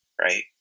Right